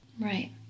Right